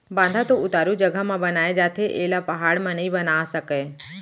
बांधा तो उतारू जघा म बनाए जाथे एला पहाड़ म नइ बना सकय